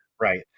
Right